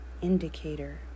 Indicator